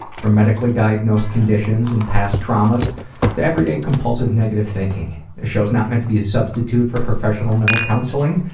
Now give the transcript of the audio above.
from medically diagnosed conditions and past traumas to everyday compulsive negative thinking. this show's not meant to be a substitute for professional mental counseling.